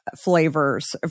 flavors